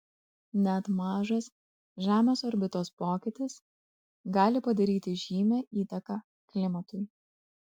net mažas žemės orbitos pokytis gali padaryti žymią įtaką klimatui